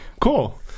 Cool